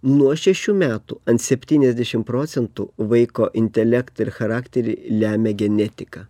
nuo šešių metų ant septyniasdešim procentų vaiko intelektą ir charakterį lemia genetika